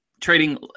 trading